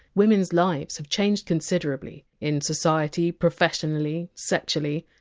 women! s lives have changed considerably in society, professionally, sexually.